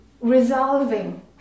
resolving